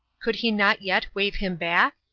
could he not yet wave him back?